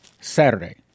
Saturday